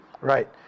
Right